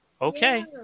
okay